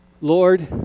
Lord